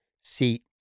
seat